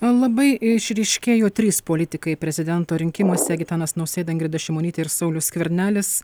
labai išryškėjo trys politikai prezidento rinkimuose gitanas nausėda ingrida šimonytė ir saulius skvernelis